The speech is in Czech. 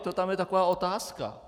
To tam je taková otázka.